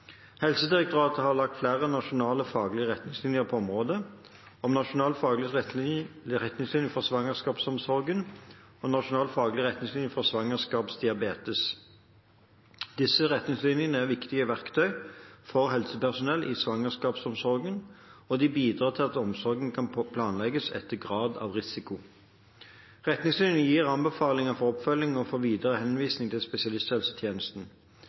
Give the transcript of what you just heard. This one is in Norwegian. Helsedirektoratet har laget flere nasjonale faglige retningslinjer på området, som Nasjonal faglig retningslinje for svangerskapsomsorgen og Nasjonal faglig retningslinje for svangerskapsdiabetes. Disse retningslinjene er viktige verktøy for helsepersonell i svangerskapsomsorgen, og de bidrar til at omsorgen kan planlegges etter grad av risiko. Retningslinjene gir anbefalinger for oppfølging og videre henvisning til spesialisthelsetjenesten.